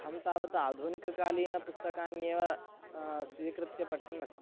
अहं तावत् आधुनिककालीनपुस्तकान्येव स्वीकृत्य पठन्नस्मि